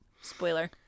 Spoiler